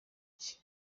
iki